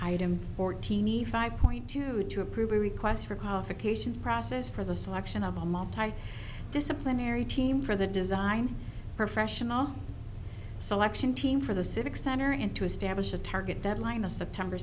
item fortini five point two to approval requests for qualification process for the selection of a mob type disciplinary team for the design professional selection team for the civic center and to establish a target deadline of september